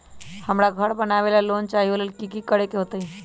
हमरा घर बनाबे ला लोन चाहि ओ लेल की की करे के होतई?